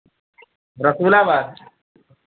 Rasulabad